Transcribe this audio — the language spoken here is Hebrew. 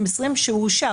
שאושר.